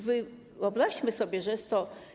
Wyobraźmy sobie, że jest to.